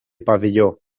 pavelló